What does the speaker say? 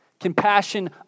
Compassion